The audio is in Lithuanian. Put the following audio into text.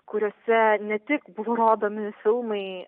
kuriose ne tik buvo rodomi filmai